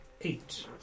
Eight